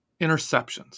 interceptions